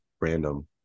random